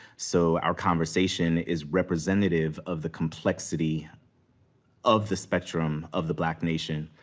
so our conversation is representative of the complexity of the spectrum of the black nation.